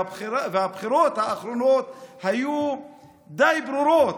והבחירות האחרונות היו די ברורות.